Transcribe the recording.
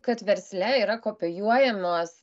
kad versle yra kopijuojamos